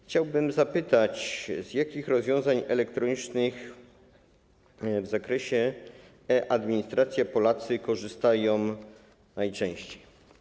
Chciałbym zapytać, z jakich rozwiązań elektronicznych w zakresie administracji Polacy korzystają najczęściej.